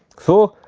so,